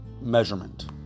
measurement